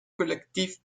collectif